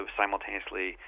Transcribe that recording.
simultaneously